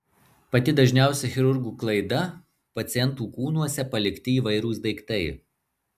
pati dažniausia chirurgų klaida pacientų kūnuose palikti įvairūs daiktai